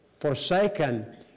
forsaken